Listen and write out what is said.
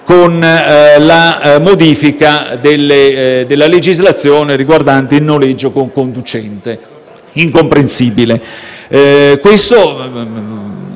con la modifica della legislazione riguardante il noleggio con conducente: è incomprensibile.